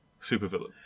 supervillain